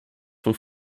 von